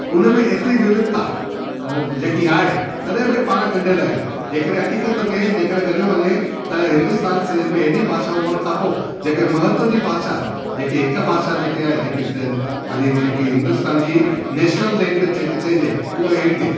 हुन में ऐतिरी विविधता जेकी आहे तॾहिं बि पाण गंढियलु आहियूं जेकॾहिं हक़ीक़त में जेकॾहिं करियो हुजे त हिंदुस्तान सॼे में हेॾियूं भाषा हुजण खां पोइ जेकी महत्व जी भाषा जेकी हिकु भाषा जेकी आहे जेकी पंहिंजी जेकी हिंदुस्तान जी नेशनल लैंग्वेज जंहिंखे चइजे उहा आहे हिंदी